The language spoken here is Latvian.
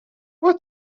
vai